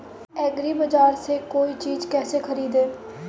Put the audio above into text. एग्रीबाजार से कोई चीज केसे खरीदें?